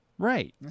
Right